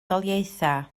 daleithiau